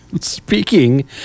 Speaking